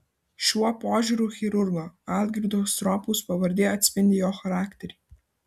šiuo požiūriu chirurgo algirdo stropaus pavardė atspindi jo charakterį